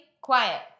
Quiet